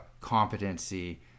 competency